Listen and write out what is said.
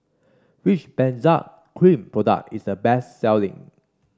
which Benzac Cream product is the best selling